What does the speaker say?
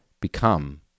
become